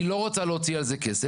אני לא רוצה להוציא על זה כסף.